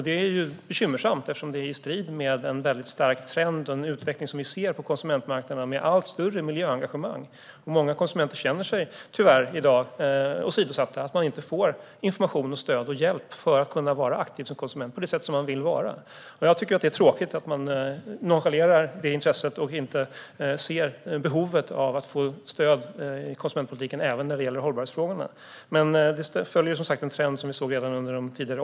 Detta är bekymmersamt eftersom det står i strid med en väldigt stark trend och utveckling på konsumentmarknaden. Det finns ett allt större miljöengagemang, och många konsumenter känner sig i dag tyvärr åsidosatta. De får inte information, stöd och hjälp för att kunna vara aktiva konsumenter på det sätt de vill vara. Det är tråkigt att detta intresse nonchaleras och att Liberalerna inte ser behovet av att ge stöd i konsumentpolitiken även när det gäller hållbarhetsfrågorna. Det följer dock en trend som vi såg redan under de åtta åren.